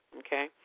okay